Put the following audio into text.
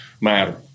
matter